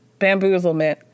bamboozlement